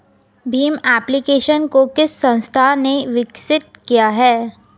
Bhim application को किस संस्था ने विकसित किया है?